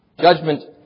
Judgment